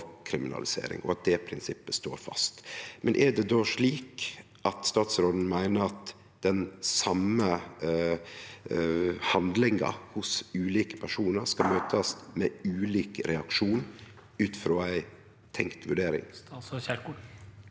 avkriminalisering, og at det prinsippet står fast. Er det då slik at statsråden meiner at den same handlinga hos ulike personar skal møtast med ulik reaksjon ut frå ei tenkt vurdering?